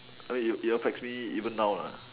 err it it affects me even now lah